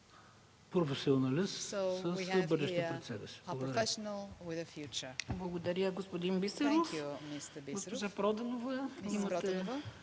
Благодаря, господин Сичанов.